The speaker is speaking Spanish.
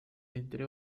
entre